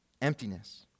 Emptiness